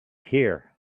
hear